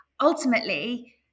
Ultimately